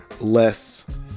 less